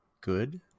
good